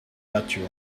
patio